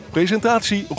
Presentatie